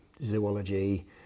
zoology